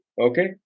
Okay